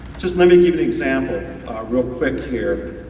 just let me give an example real quick here,